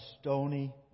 stony